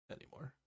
anymore